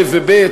א' וב',